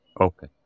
Okay